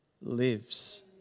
lives